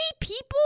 people